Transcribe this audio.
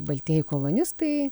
baltieji kolonistai